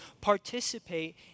Participate